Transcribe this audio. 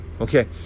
okay